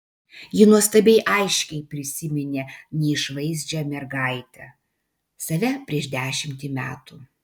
ji nuostabiai aiškiai prisiminė neišvaizdžią mergaitę save prieš dešimtį metų